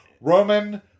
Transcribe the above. Roman